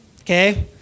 okay